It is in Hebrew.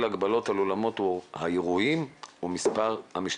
הגבלות על אולמות האירועים ומספר המשתתפים.